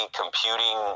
computing